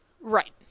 Right